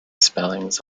spellings